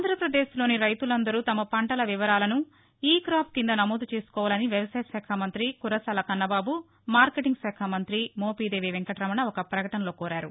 ఆంధ్రప్రదేశ్లోని రైతులందరూ తమ పంటల వివరాలను ఈ క్రాఫ్ కింద నమోదు చేసుకోవాలని వ్యవసాయ శాఖ మంతి కురసాల కన్నబాబు మార్కెటింగ్ శాఖ మంతి మోపిదేవి వెంకటరమణ ఒక ప్రకటనలో కోరారు